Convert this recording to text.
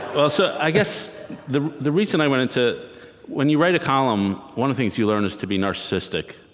but so i guess the the reason i went into when you write a column, one of the things you learn is to be narcissistic,